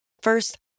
First